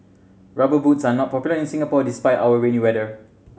Rubber Boots are not popular in Singapore despite our rainy weather